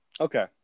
Okay